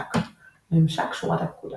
ממשק ממשק שורת הפקודה